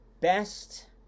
best